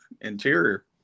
interior